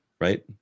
right